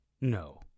No